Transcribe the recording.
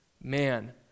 man